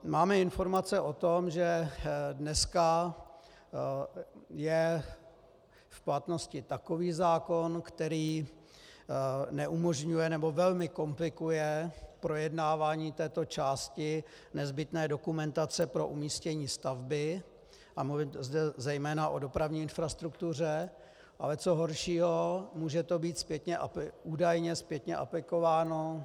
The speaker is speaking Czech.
Máme informace o tom, že dneska je v platnosti takový zákon, který neumožňuje, nebo velmi komplikuje projednávání této části nezbytné dokumentace pro umístění stavby, a mluvím zde zejména o dopravní infrastruktuře, ale co horšího, může to být údajně zpětně aplikováno…